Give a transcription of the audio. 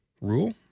rule